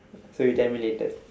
so you tell me later